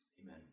amen